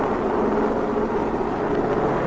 or